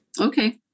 Okay